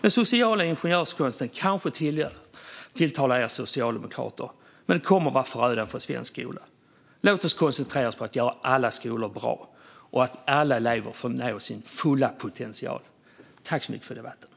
Den sociala ingenjörskonsten kanske tilltalar er socialdemokrater, men den kommer att vara förödande för svensk skola. Låt oss koncentrera oss på att göra alla skolor bra och att alla elever kan nå sin fulla potential. Tack för debatten!